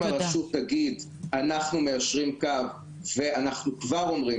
אם הרשות תגיד אנחנו מישרים קו ואנחנו כבר אומרים